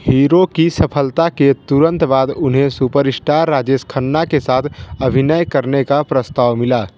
hero की सफलता के तुरंत बाद उन्हें सुपरइश्टार राजेश खन्ना के साथ अभिनय करने का प्रस्ताव मिला